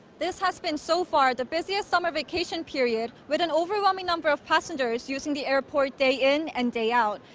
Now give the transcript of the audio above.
this has been so far, the busiest summer vacation period, with an overwhelming number of passengers using the airport day in and day out.